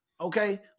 okay